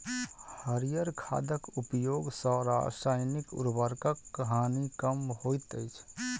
हरीयर खादक उपयोग सॅ रासायनिक उर्वरकक हानि कम होइत अछि